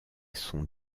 sont